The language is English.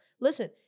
listen